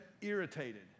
irritated